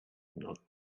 not